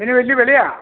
അതിന് വലിയ വിലയാ